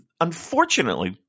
unfortunately